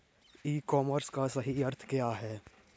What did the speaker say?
ई commerce का सही अर्थ क्या है?